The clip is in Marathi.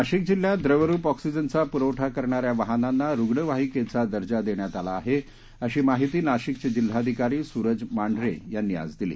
नाशिक जिल्ह्यात द्रवरूप ऑक्सिजनचा पुरवठा करणाऱ्या वाहनांना रुग्णवाहिकेचा दर्जा देण्यात आला आहे अशी माहिती नाशिकचे जिल्हाधिकारी सरज मांढरे यांनी आज दिली